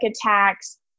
attacks